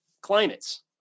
climates